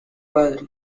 padre